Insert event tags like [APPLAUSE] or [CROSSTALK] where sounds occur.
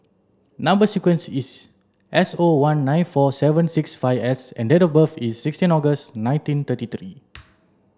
number sequence is S O one nine four seven six five S and date of birth is sixteen August nineteen thirty three [NOISE]